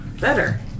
better